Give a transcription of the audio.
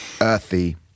Earthy